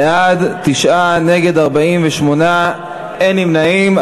בעד, 9, נגד, 48, אין נמנעים.